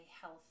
health